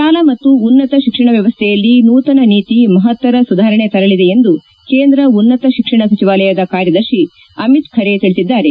ಶಾಲಾ ಮತ್ತು ಉನ್ನತ ಶಿಕ್ಷಣ ವ್ಯವಸ್ಥೆಯಲ್ಲಿ ನೂತನ ನೀತಿ ಮಹತ್ತರ ಸುಧಾರಣೆ ತರಲಿದೆ ಎಂದು ಕೇಂದ್ರ ಉನ್ನತ ಶಿಕ್ಷಣ ಸಚಿವಲಯದ ಕಾರ್ಯದರ್ತಿ ಅಮಿತ್ ಖರೆ ತಿಳಿಸಿದ್ದಾರೆ